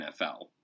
NFL